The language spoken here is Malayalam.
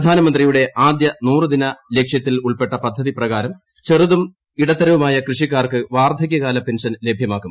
പ്രധാനമന്ത്രിയുടെ ആദ്യ നൂറ് ദിന ലക്ഷ്യത്തിലുൾപ്പെട്ട പദ്ധതി പ്രകാരം ചെറുതും ഇടത്തരവുമായ കൃഷിക്കാർക്ക് വാർദ്ധകൃകാല പെൻഷൻ ലഭ്യമാക്കും